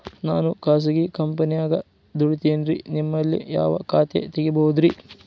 ನಾನು ಖಾಸಗಿ ಕಂಪನ್ಯಾಗ ದುಡಿತೇನ್ರಿ, ನಿಮ್ಮಲ್ಲಿ ಯಾವ ಖಾತೆ ತೆಗಿಬಹುದ್ರಿ?